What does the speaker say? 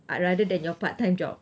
ah rather than your part time job